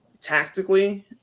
tactically